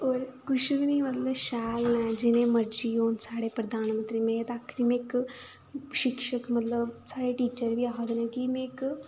होर कुछ बी नी मतलब शैल जियां मर्जी होन साढ़े प्रधानमंत्री में ते आखनी में इक शिक्षक मतलब साढ़ी टीचर बी आखदे न कि में इक